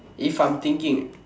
if I'm thinking